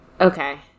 Okay